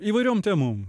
įvairiom temom